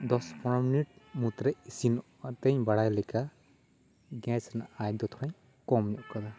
ᱫᱚᱥ ᱯᱚᱰᱨᱳ ᱢᱤᱱᱤᱴ ᱢᱩᱫᱨᱮ ᱤᱥᱤᱱᱚᱜ ᱛᱤᱧ ᱵᱟᱲᱟᱭ ᱞᱮᱠᱟ ᱜᱮᱥ ᱨᱮᱱᱟᱜ ᱟᱸᱡᱽ ᱫᱚ ᱴᱷᱟᱲᱟᱧ ᱠᱚᱢ ᱧᱚᱜᱽ ᱠᱟᱜᱼᱟ